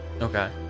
Okay